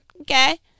Okay